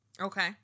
Okay